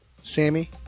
Sammy